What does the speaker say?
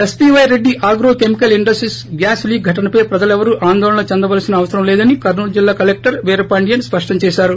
ఎస్సీపై Reddy agro chemical industry gas leak ఘటనపై ప్రజలెవరూ ఆందోళన చెందవలసిన అవసరం లేదని కర్నూలు జిల్లా కలెక్టర్ కలెక్టర్ వ్రపాండియన్ స్పష్లంచేశారు